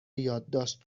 یادداشت